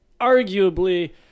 arguably